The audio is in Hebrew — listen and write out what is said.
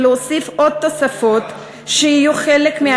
ולהוסיף עוד תוספות שיהיו חלק מהתקציב,